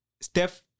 Steph